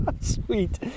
sweet